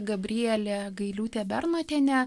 gabrielė gailiūtė bernotienė